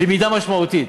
"למידה משמעותית".